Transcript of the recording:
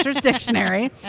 Dictionary